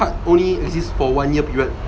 card only exist for one year period